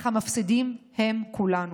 אך המפסידים הם כולנו,